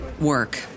work